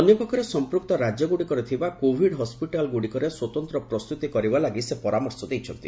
ଅନ୍ୟପକ୍ଷରେ ସମ୍ପୃକ୍ତ ରାଜ୍ୟଗୁଡ଼ିକରେ ଥିବା କୋଭିଡ୍ ହସ୍କିଟାଲ୍ଗୁଡ଼ିକରେ ସ୍ୱତନ୍ତ୍ର ପ୍ରସ୍ତତି କରିବା ଲାଗି ସେ ପରାମର୍ଶ ଦେଇଛନ୍ତି